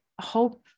hope